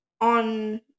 on